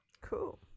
Cool